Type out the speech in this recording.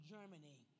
Germany